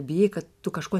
bijai kad tu kažko